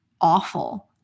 awful